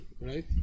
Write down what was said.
Right